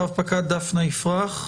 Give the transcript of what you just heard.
רב-פקד דפנה יפרח.